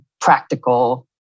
practical